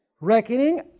reckoning